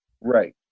right